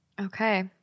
Okay